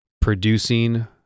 producing